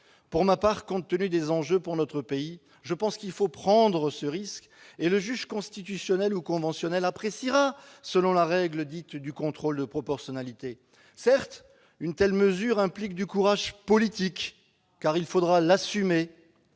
Pour ma part, compte tenu des enjeux pour notre pays, je pense qu'il faut prendre ce risque. Le juge constitutionnel ou conventionnel appréciera ensuite, selon la règle dite « du contrôle de proportionnalité ». Certes, une telle mesure implique du courage politique, car il faudra l'assumer,